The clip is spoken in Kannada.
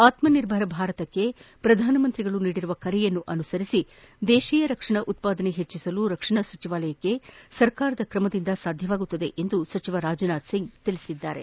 ಆತ್ಸಿರ್ಭರ್ ಭಾರತ್ಗೆ ಪ್ರಧಾನಮಂತ್ರಿ ನೀಡಿರುವ ಕರೆಯನ್ನು ಅನುಸರಿಸಿ ದೇಶೀಯ ರಕ್ಷಣಾ ಉತ್ಪಾದನೆ ಹೆಚ್ಚಿಸಲು ರಕ್ಷಣಾ ಸಚಿವಾಲಯಕ್ಕೆ ಸರ್ಕಾರದ ಕ್ರಮದಿಂದ ಸಾಧ್ವವಾಗಲಿದೆ ಎಂದು ರಾಜನಾಥ್ ಸಿಂಗ್ ಹೇಳಿದ್ದಾರೆ